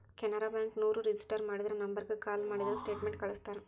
Canara bank ನೋರು register ಮಾಡಿದ ನಂಬರ್ಗ ಕಾಲ ಮಾಡಿದ್ರ ಸ್ಟೇಟ್ಮೆಂಟ್ ಕಳ್ಸ್ತಾರ